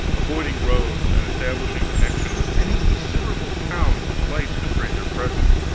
avoiding roads, and establishing connection with any considerable towns whose lights betrayed their presence,